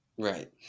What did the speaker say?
Right